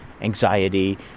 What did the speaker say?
anxiety